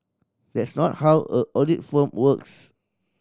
that's not how a audit firm works